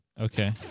Okay